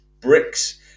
bricks